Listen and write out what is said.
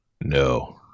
No